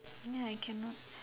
ya I cannot